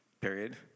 period